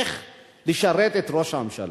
איך לשרת את ראש הממשלה.